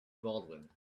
baldwin